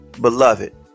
beloved